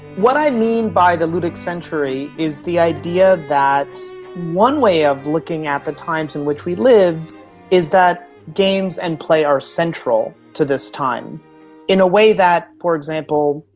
what i mean by the ludic century is the idea that one way of looking at the times in which we live is that games and play are central to this time in a way that, for example,